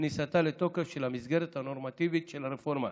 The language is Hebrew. וכניסתה לתוקף של המסגרת הנורמטיבית של הרפורמה,